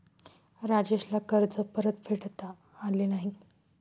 राजेशला कर्ज परतफेडता आले नाही